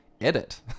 edit